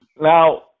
Now